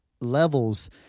levels